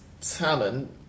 talent